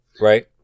Right